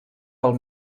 pel